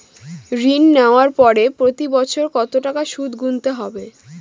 ঋণ নেওয়ার পরে প্রতি বছর কত টাকা সুদ গুনতে হবে?